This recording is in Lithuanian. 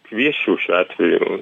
kviesčiau šiuo atveju